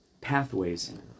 pathways